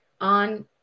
on